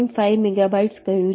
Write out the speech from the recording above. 5 megabytes કહ્યું છે